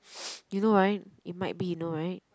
you know right it might be you know right